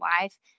life